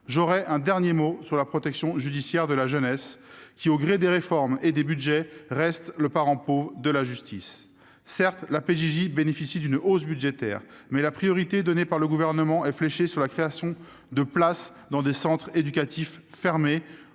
mots porteront sur la protection judiciaire de la jeunesse, qui, au gré des réformes et des budgets, reste le parent pauvre de la justice. Certes, la PJJ bénéficie d'une hausse budgétaire, mais la priorité donnée par le Gouvernement est fléchée vers la création de places dans les centres éducatifs fermés